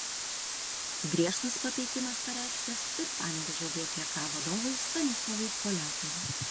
griežtas papeikimas pareikštas ir panevėžio vpk vadovui stanislovui poliakui